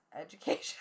education